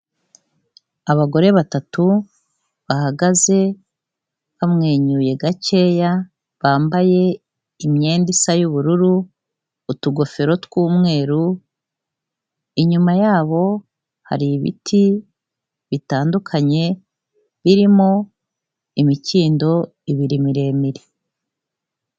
Abagore batatu, bahagaze, bamwenyuye gakeya, bambaye imyenda isa y'ubururu, utugofero tw'umweru, inyuma yabo, hari ibiti bitandukanye, birimo imikindo ibiri miremire.